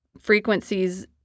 frequencies